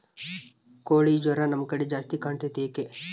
ಕೋಳಿ ಜ್ವರ ನಮ್ಮ ಕಡೆ ಜಾಸ್ತಿ ಕಾಣುತ್ತದೆ ಏಕೆ?